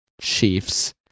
Chiefs